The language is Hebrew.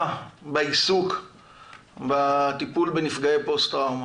בעיסוק בטיפול בנפגעי פוסט טראומה.